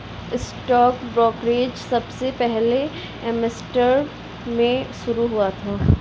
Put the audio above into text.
stock brokerage सबसे पहले Amsterdam में शुरू हुआ था